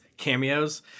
cameos